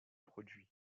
produit